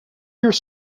you’re